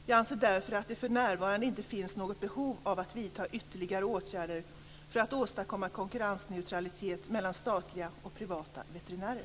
Jag anser därför att det för närvarande inte finns något behov av att vidta ytterligare åtgärder för att åstadkomma konkurrensneutralitet mellan statliga och privata veterinärer.